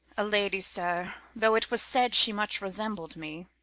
a lady, sir, though it was said she much resembl'd me,